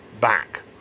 back